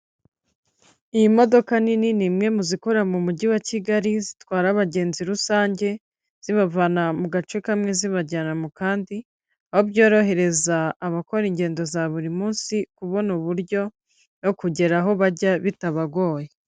iyi modoka nini ni imwe mu zikora mu mujyi wa kigali zitwara abagenzi rusange zibavana mu gace kamwe zibajyana mu kandi aho byorohereza abakora ingendo za buri munsi kubona uburyo no kugera aho bajya bitabagoye.